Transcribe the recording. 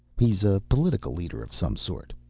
he's a political leader of some sort.